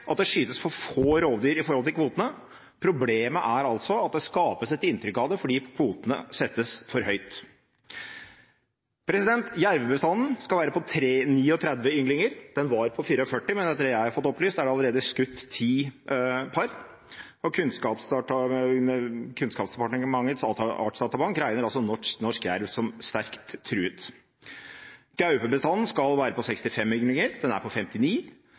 at det skytes for få rovdyr i forhold til kvotene, problemet er at det skapes et inntrykk av det, fordi kvotene settes for høyt. Jervebestanden skal være på 39 ynglinger. Den var på 44, men etter det jeg har fått opplyst, er det allerede skutt 10 par. Kunnskapsdepartementets artsdatabank regner norsk jerv som sterkt truet. Gaupebestanden skal være på 65 ynglinger, den er på 59.